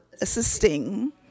assisting